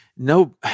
No